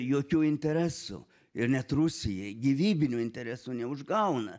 jokių interesų ir net rusijai gyvybinių interesų neužgauna